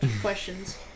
questions